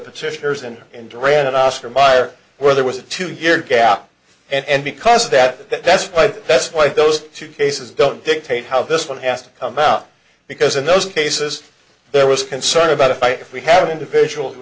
petitioners and in duran an oscar meyer where there was a two year gap and because of that that's why that's why those two cases don't dictate how this one has to come out because in those cases there was concern about if i if we have an individual who